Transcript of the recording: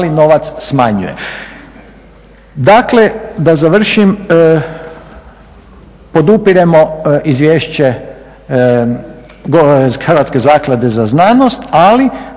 mali novac smanjuje. Dakle, da završim, podupiremo Izvješće Hrvatske zaklade za znanost ali